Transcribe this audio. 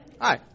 hi